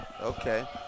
okay